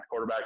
quarterbacks